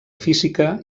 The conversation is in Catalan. física